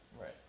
Right